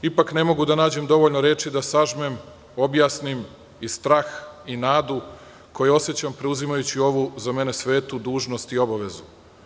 Ipak, ne mogu da nađem dovoljno reči, da sažmem, objasnim i strah i nadu, koji osećam preuzimajući ovu, za mene svetu dužnost i obavezu.